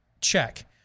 Check